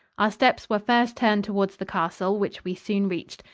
our steps were first turned towards the castle, which we soon reached.